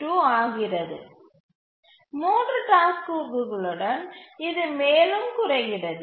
82 ஆகிறது 3 டாஸ்க்குகளுடன் இது மேலும் குறைகிறது